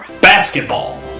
Basketball